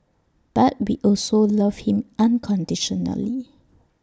but we also love him unconditionally